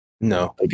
No